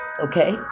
Okay